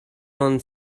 non